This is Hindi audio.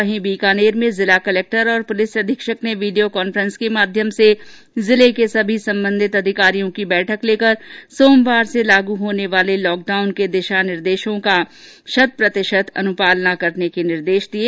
वहीं बीकानेर में जिला कलेक्टर और पलिस अधीक्षक ने वीडियो कांफ्रेंस के माध्यम से जिले के सभी संबंधित अधिकारियों की बैठक लेकर सोमवार से लागू लोने वाले लॉकडॉन के दिशा निर्देशों में शत प्रतिशत अनुपालना के निर्देश दिये